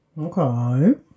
Okay